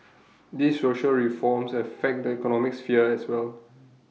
these social reforms affect the economic sphere as well